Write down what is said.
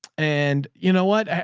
and you know what?